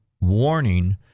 warning